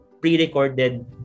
pre-recorded